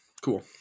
Cool